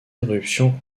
éruptions